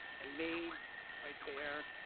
and made right there,